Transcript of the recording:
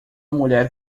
mulher